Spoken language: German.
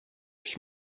sich